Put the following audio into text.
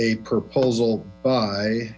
proposal by